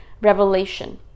revelation